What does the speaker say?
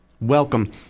welcome